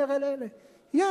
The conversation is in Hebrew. יש